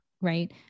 right